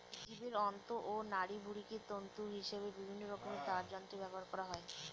জীবের অন্ত্র ও নাড়িভুঁড়িকে তন্তু হিসেবে বিভিন্নরকমের তারযন্ত্রে ব্যবহার করা হয়